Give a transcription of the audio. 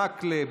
אורי מקלב,